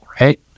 right